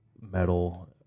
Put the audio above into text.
metal